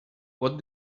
what